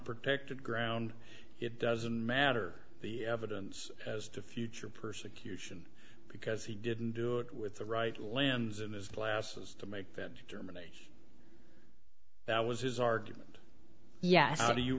protected ground it doesn't matter the evidence as to future persecution because he didn't do it with the right lens in his glasses to make that determination that was his argument yes how do you